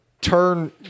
turn